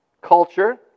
culture